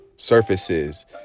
surfaces